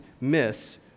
miss